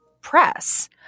press